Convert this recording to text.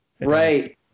Right